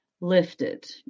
lifted